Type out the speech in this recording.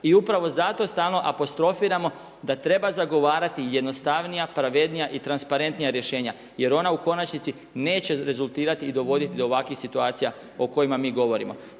i upravo zato stalno apostrofiramo da treba zagovarati jednostavnija, pravednija i transparentnija rješenja jer ona u konačnici neće rezultirati i dovoditi do ovakvih situacija o kojima mi govorimo.